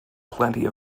plenty